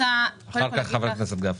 אחר כך חבר הכנסת גפני.